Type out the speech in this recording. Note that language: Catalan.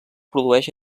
produeix